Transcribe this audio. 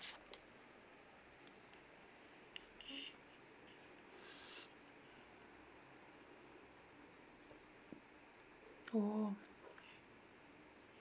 oh